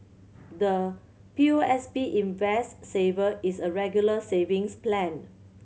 the P O S B Invest Saver is a Regular Savings Plan